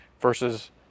versus